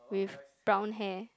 with brown hair